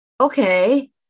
Okay